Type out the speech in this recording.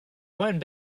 going